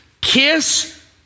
kiss